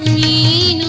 e